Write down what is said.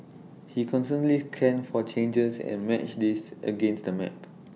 he constantly scanned for changes and matched these against the map